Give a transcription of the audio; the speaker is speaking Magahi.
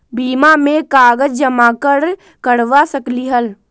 बीमा में कागज जमाकर करवा सकलीहल?